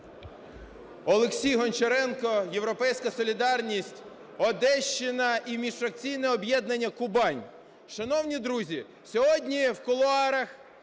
Олексій Гончаренко, "Європейська солідарність", Одещина і міжфракційне об'єднання "Кубань". Шановні друзі, сьогодні в кулуарах